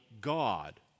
God